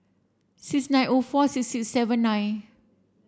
six nine O four six six seven nine